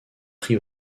pris